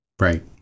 Right